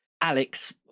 Alex